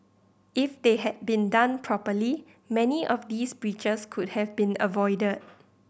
if they had been done properly many of these breaches could have been avoided